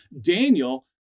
Daniel